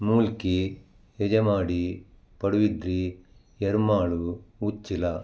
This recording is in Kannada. ಮೂಲ್ಕಿ ಹೆಜಮಾಡಿ ಪಡುಬಿದ್ರಿ ಎರ್ಮಾಳು ಉಚ್ಚಿಲ